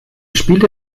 spielte